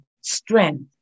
strength